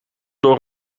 door